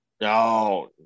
No